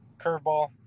curveball